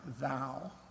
Thou